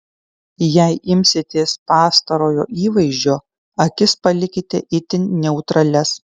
jei imsitės pastarojo įvaizdžio akis palikite itin neutralias